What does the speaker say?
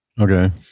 okay